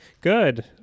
good